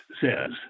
says